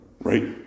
right